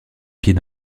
pied